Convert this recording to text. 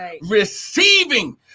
receiving